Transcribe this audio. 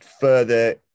further